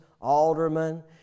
aldermen